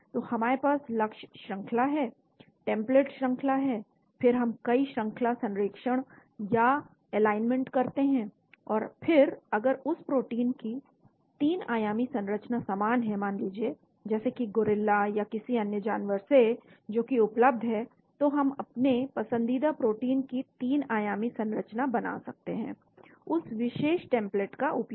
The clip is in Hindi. तो हमारे पास लक्ष्य श्रंखला है टेम्पलेट श्रंखला है फिर हम कई श्रंखला संरेखण या एलाइनमेंट करते हैं और फिर अगर उस प्रोटीन की 3 आयामी संरचना समान है मान लीजिए जैसे कि गोरिल्ला या किसी अन्य जानवर से जो की उपलब्ध है तो हम अपने पसंदीदा प्रोटीन की 3 आयामी संरचना बना सकते हैं उस विशेष टेम्पलेट का उपयोग करके